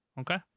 Okay